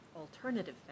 alternative